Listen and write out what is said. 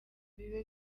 bibe